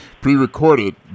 pre-recorded